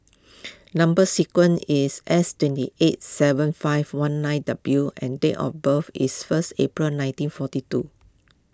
Number Sequence is S twenty eight seven five one nine W and date of birth is first April nineteen forty two